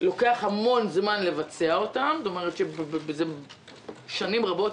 לוקח המון זמן לבצע אותן שנים רבות,